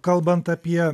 kalbant apie